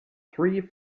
three